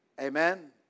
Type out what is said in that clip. Amen